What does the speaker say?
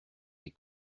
les